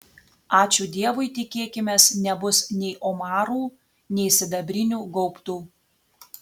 ačiū dievui tikėkimės nebus nei omarų nei sidabrinių gaubtų